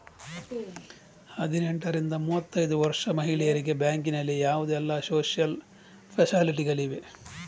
ಹದಿನೆಂಟರಿಂದ ಮೂವತ್ತೈದು ವರ್ಷ ಮಹಿಳೆಯರಿಗೆ ಬ್ಯಾಂಕಿನಲ್ಲಿ ಯಾವುದೆಲ್ಲ ಸೋಶಿಯಲ್ ಫೆಸಿಲಿಟಿ ಗಳಿವೆ?